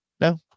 No